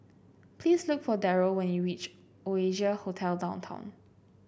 please look for Darryle when you reach Oasia Hotel Downtown